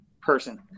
Person